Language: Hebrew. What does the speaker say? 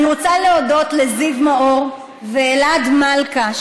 אני רוצה להודות לזיו מאור ואלעד מלכא,